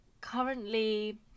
currently